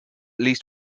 least